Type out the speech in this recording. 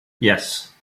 yes